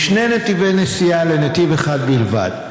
משני נתיבי נסיעה לנתיב אחד בלבד.